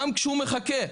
וגם כשהוא מחכה.